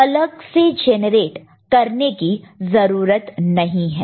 इसे हमें अलग से जनरेट करने की जरूरत नहीं है